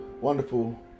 wonderful